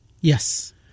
Yes